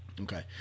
Okay